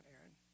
Aaron